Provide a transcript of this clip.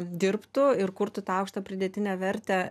dirbtų ir kurtų tą aukštą pridėtinę vertę